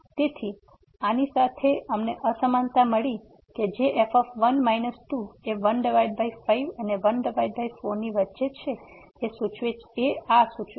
તેથી આની સાથે અમને અસમાનતા મળી છે જે f1 2 એ 15 અને 14 ની વચ્ચે છે અને આ સૂચવે છે